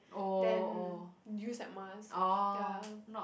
than use that mask ya